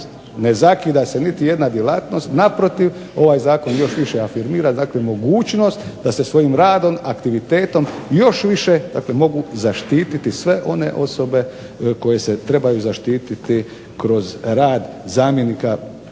ne zakida niti jedna djelatnost naprotiv ovaj Zakon još više afirmira dakle mogućnost da se svojim radom, aktivitetom još više mogu zaštititi sve one osobe koje se trebaju zaštititi kroz rad zamjenika